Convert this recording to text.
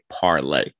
parlay